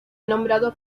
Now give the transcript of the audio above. nombrado